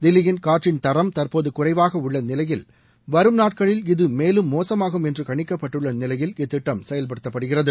தில்லியில் காற்றின் தரம் தற்போது குறைவாக உள்ள நிலையில் வரும் நாட்டிகளில் இது மேலும் மோசமாகும் என்று கணிக்கப்பட்டுள்ள நிலையில் இத்திட்டம் செயல்படுத்தப்படுகிறது